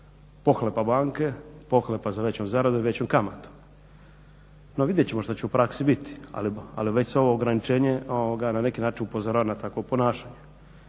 pohlepa banke, pohlepa za većom zaradom i većom kamatom. No, vidjet ćemo što će u praksi biti. Ali već se ovo ograničenje na neki način upozorava na takvo ponašanje.